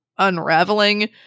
unraveling